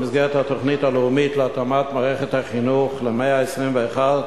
במסגרת התוכנית הלאומית להתאמת מערכת החינוך למאה ה-21,